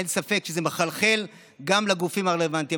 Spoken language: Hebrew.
אין ספק שזה מחלחל גם לגופים הרלוונטיים.